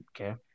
Okay